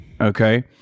Okay